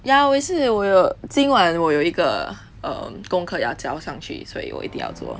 ya 我也是我有今晚我有一个 um 功课要交上去所以我一定要做